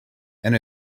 and